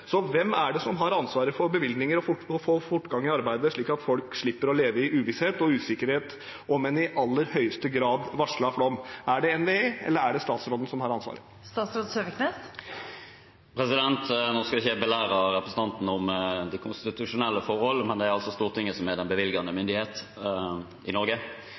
Så hvem er det som har ansvaret for bevilgninger og for å få fortgang i arbeidet, slik at folk slipper å leve i uvisshet og usikkerhet om en i aller høyeste grad varslet flom? Er det NVE, eller er det statsråden som har ansvaret? Nå skal ikke jeg belære representanten om de konstitusjonelle forhold, men det er altså Stortinget som er den bevilgende myndighet i Norge.